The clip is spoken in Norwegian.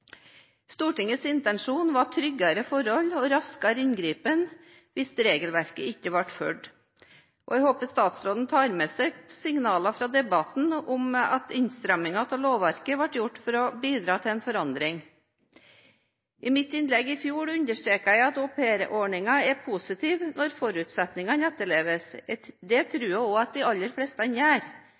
ble fulgt. Jeg håper statsråden tar med seg signalene fra debatten om at innstrammingen av lovverket ble gjort for å bidra til en forandring. I mitt innlegg i debatten i fjor understreket jeg at aupairordningen er positiv når forutsetningene etterleves, og det tror jeg også at de aller fleste gjør.